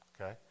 Okay